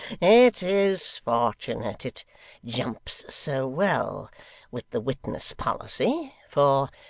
it is fortunate it jumps so well with the witness policy for,